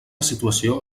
situació